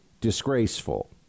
disgraceful